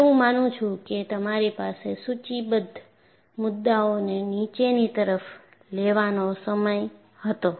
હું એવું માનું છું કે તમારી પાસે સૂચિબદ્ધ મુદ્દાઓને નીચેની તરફ લેવાનો સમય હતો